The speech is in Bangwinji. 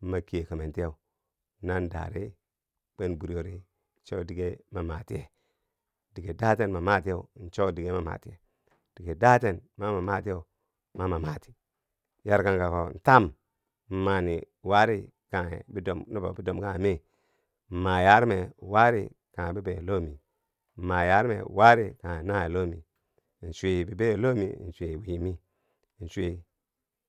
ma kiye kumen tiyeu nan da ri kwen bwiriyori cho dige ma matiye dige daten ma matiyeu cho dige ma matiye, dige daten. ma ma matiyeu, ma ma mati yarkangkako tam mani wari kanghe nubo bidom kanghe me ma yarime wari kanghe bibeyo lomi, ma yarume wari kanghe nawiye lohmiye in chwi bibeiyo lohmi in chwi wiimi, in chwii.